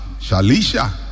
Shalisha